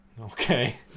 Okay